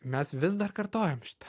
mes vis dar kartojam šitą